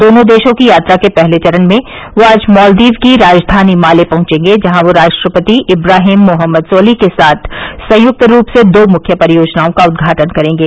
दोनों देशों की यात्रा के पहले चरण में ये आज मॉलदीव की राजधानी माले पहंचेंगे जहां ये राष्ट्रपति इब्राहिम मोहम्मद सोलिह के साथ संयुक्त रूप से दो मुख्य परियोजनाओं का उदघाटन करेंगे